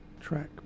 track